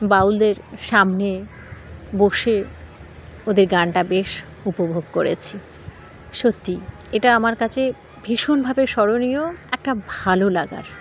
বাউলদের সামনে বসে ওদের গানটা বেশ উপভোগ করেছি সত্যি এটা আমার কাছে ভীষণভাবে স্মরণীয় একটা ভালো লাগার